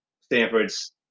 Stanford's